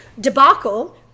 debacle